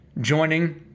joining